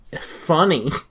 Funny